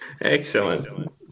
Excellent